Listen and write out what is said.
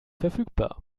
verfügbar